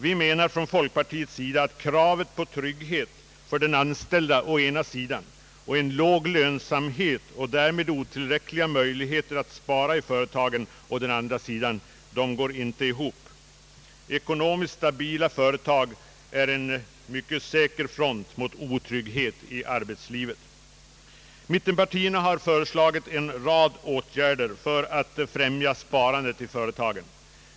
Vi anser från folkpartihåll att kravet på trygghet för den anställde å ena sidan och en låg lönsamhet och därmed otillräckliga möjligheter att spara i företagen å andra sidan inte går ihop. Ekonomiskt stabila företag är en säker front mot otrygghet i arbetslivet. Mittenpartierna har föreslagit en rad åtgärder för att främja sparandet i företagen.